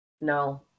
No